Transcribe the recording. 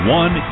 one